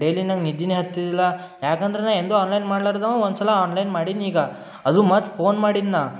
daily ನಂಗೆ ನಿದ್ದೆನೆ ಹತ್ತಿದಿಲ್ಲ ಯಾಕಂದ್ರೆ ನಾನು ಎಂದೂ ಆನ್ಲೈನ್ ಮಾಡ್ಲಾರ್ದವ ಒಂದು ಸಲ ಆನ್ಲೈನ್ ಮಾಡೀನಿ ಈಗ ಅದು ಮತ್ತು ಫೋನ್ ಮಾಡಿದ್ದು ನಾನು